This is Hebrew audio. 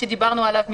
שדיברנו עליו מקודם,